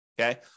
Okay